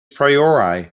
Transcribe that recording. priory